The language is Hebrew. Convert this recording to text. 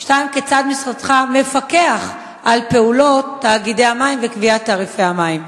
2. כיצד משרדך מפקח על פעולות תאגידי המים וקביעת תעריפי המים?